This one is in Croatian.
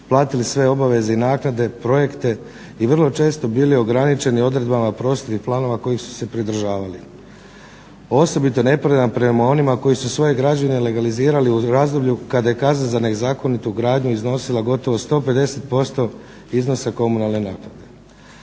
platili sve obaveze i naknade, projekte i vrlo često bili ograničeni odredbama prostornih planova kojih su se pridržavali. Osobito nepravedan prema onima koji su svoje građevine legalizirali u razdoblju kada je kazna za nezakonitu gradnja iznosila gotovo 150% iznosa komunalne naknade.